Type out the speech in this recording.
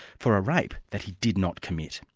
for a rape that he did not commit.